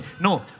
no